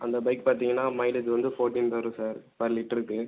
அந்த பைக் பார்த்தீங்கன்னா மைலேஜ் வந்து ஃபோர்ட்டீன் தரும் சார் பர் லிட்ருக்கு